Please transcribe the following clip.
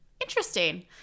interesting